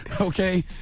Okay